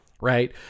Right